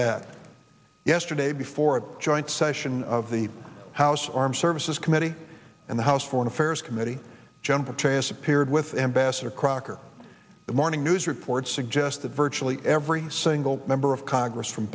that yesterday before a joint session of the house armed services committee and the house foreign affairs committee general chase appeared with ambassador crocker the morning news reports suggest that virtually every single member of congress from